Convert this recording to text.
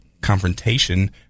confrontation